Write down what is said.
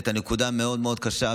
העלית נקודה מאוד מאוד קשה,